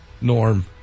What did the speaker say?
Norm